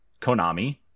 Konami